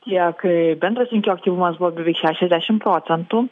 tiek bendras rinkėjų aktyvumas buvo beveik šešiasdešim procentų